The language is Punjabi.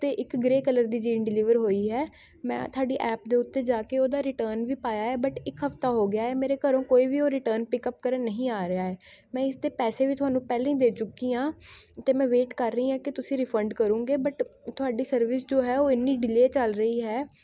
ਅਤੇ ਇੱਕ ਗਰੇਅ ਕਲਰ ਦੀ ਜੀਨ ਡਿਲੀਵਰ ਹੋਈ ਹੈ ਮੈਂ ਤੁਹਾਡੀ ਐਪ ਦੇ ਉੱਤੇ ਜਾ ਕੇ ਉਹਦਾ ਰਿਟਰਨ ਵੀ ਪਾਇਆ ਹੈ ਬਟ ਇੱਕ ਹਫਤਾ ਹੋ ਗਿਆ ਹੈ ਮੇਰੇ ਘਰੋਂ ਕੋਈ ਵੀ ਉਹ ਰਿਟਰਨ ਪਿੱਕ ਅਪ ਕਰਨ ਨਹੀਂ ਆ ਰਿਹਾ ਹੈ ਮੈਂ ਇਸਦੇ ਪੈਸੇ ਵੀ ਤੁਹਾਨੂੰ ਪਹਿਲਾਂ ਹੀ ਦੇ ਚੁੱਕੀ ਹਾਂ ਅਤੇ ਮੈਂ ਵੇਟ ਕਰ ਰਹੀ ਹਾਂ ਕਿ ਤੁਸੀਂ ਰਿਫੰਡ ਕਰੋਂਗੇ ਬਟ ਤੁਹਾਡੀ ਸਰਵਿਸ ਜੋ ਹੈ ਉਹ ਇੰਨੀ ਡੀਲੇਅ ਚੱਲ ਰਹੀ ਹੈ